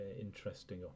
interesting